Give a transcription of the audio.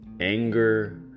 anger